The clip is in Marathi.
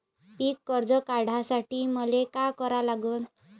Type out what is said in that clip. पिक कर्ज काढासाठी मले का करा लागन?